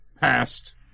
passed